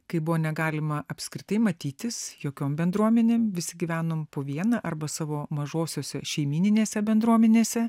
kai buvo negalima apskritai matytis jokiom bendruomenėm visi gyvenom po vieną arba savo mažosiose šeimyninėse bendruomenėse